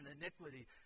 iniquity